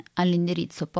all'indirizzo